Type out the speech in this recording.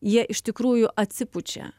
jie iš tikrųjų atsipučia